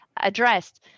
addressed